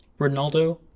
Ronaldo